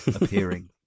appearing